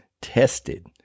tested